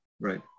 right